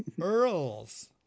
Earls